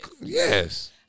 yes